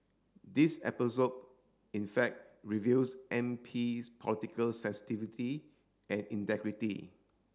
this episode in fact reveals MP's political sensitivity and integrity